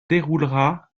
déroulera